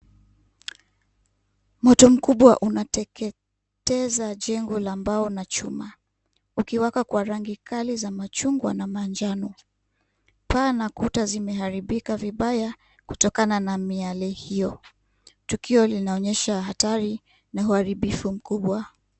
Moto mkubwa unateketeza jengo la mbao na chuma. Ukiwaka kwa rangi kali za machungwa na manjano. Paa na kuta zimeharibika vibaya kutakona na miale hiyo. Tukio linaonyesha hatari na uharibifu mkubwa.